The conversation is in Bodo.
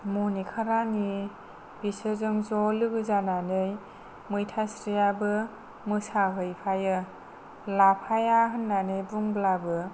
मनिका रानि बिसोरजों ज' लोगो जानानै मैथास्रियाबो मोसाहैफायो लाफाया होननानै बुंब्लाबो